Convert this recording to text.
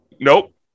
Nope